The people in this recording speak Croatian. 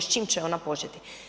S čime će ona početi?